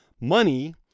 money